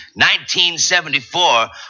1974